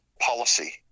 policy